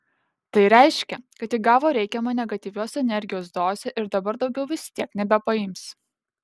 tai reiškia kad ji gavo reikiamą negatyvios energijos dozę ir dabar daugiau vis tiek nebepaims